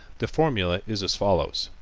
the formula is as follows